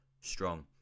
strong